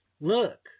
look